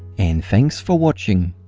and thanks for watching.